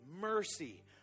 mercy